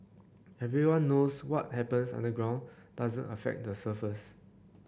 everyone knows what happens underground doesn't affect the surface